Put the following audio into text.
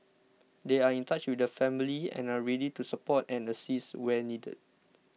they are in touch with the family and are ready to support and assist where needed